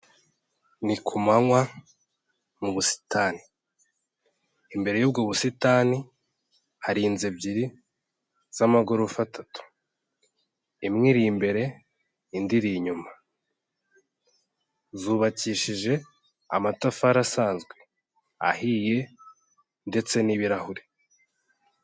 Ni ku manywa mu busitani. Imbere y'ubwo busitani hari inzu ebyiri z'amagorofa atatu. Imwe iri imbere indi iri inyuma. Zubakishije amatafari asanzwe ahiye ndetse n'ibirahure.